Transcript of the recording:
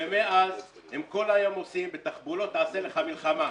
ומאז הם כל היום עושים, בתחבולות תעשה לך מלחמה.